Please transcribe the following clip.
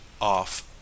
off